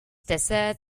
dessert